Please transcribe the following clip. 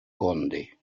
conde